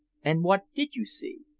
and what did you see?